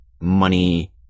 money